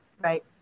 right